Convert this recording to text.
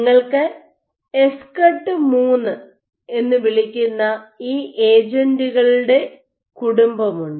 നിങ്ങൾക്ക് escort III എന്ന് വിളിക്കുന്ന ഈ ഏജന്റുകളുടെ കുടുംബമുണ്ട്